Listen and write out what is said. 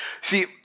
See